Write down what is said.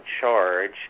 charge